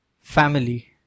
Family